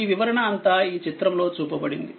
ఈ వివరణ అంతా ఈ చిత్రం లో చూపబడింది